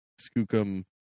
skookum